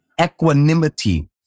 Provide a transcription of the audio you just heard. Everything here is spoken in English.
equanimity